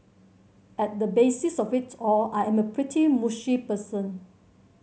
at the basis of it all I am a pretty mushy person